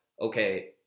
okay